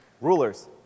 Rulers